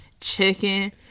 chicken